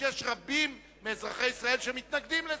שיש רבים מאזרחי ישראל שמתנגדים לו,